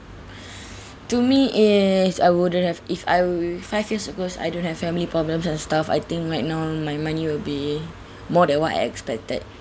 to me is I wouldn't have if I were five years ago I don't have family problem and stuff I think right now my money will be more than what I expected